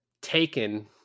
taken